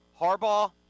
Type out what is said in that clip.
Harbaugh